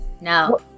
No